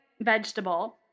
vegetable